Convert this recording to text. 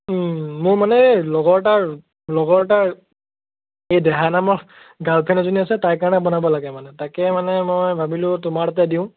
মোৰ মানে এই লগৰ এটাৰ লগৰ এটাৰ এই দেহা নামৰ গাৰ্লফ্ৰেণ্ড এজনী আছে তাইৰ কাৰণে বনাব লাগে মানে তাকে মানে মই ভাবিলোঁ তোমাৰ তাতে দিওঁ